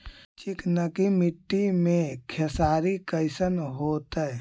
चिकनकी मट्टी मे खेसारी कैसन होतै?